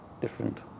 different